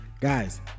guys